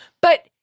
But-